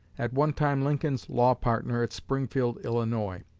at one time lincoln's law-partner at springfield, illinois.